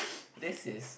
this is